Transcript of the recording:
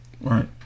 Right